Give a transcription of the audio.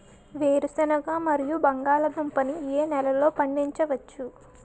వేరుసెనగ మరియు బంగాళదుంప ని ఏ నెలలో పండించ వచ్చు?